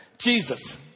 Jesus